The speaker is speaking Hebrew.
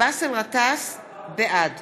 בעד